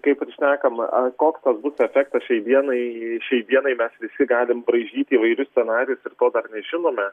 kaip ir šnekama koks būtų efektas šiai dienai šiai dienai mes visi galim braižyti įvairius scenarijus ir kol dar nežinome